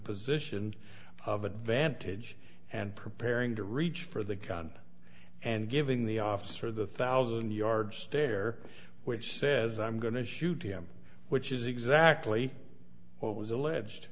position of advantage and preparing to reach for the gun and giving the the officer thousand yard stare which says i'm going to shoot him which is exactly what was alleged